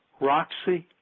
roxi,